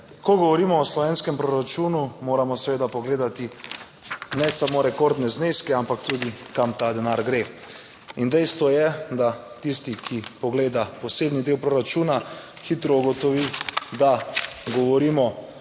ko govorimo o slovenskem proračunu, moramo seveda pogledati ne samo rekordne zneske, ampak tudi kam ta denar gre. In dejstvo je, da tisti, ki pogleda posebni del proračuna, hitro ugotovi, da govorimo